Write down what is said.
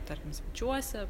tarkim svečiuose